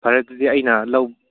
ꯐꯔꯦ ꯑꯗꯨꯗꯤ ꯑꯩꯅ